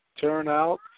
Turnout